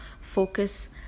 focus